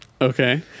Okay